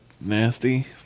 nasty